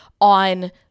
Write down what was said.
on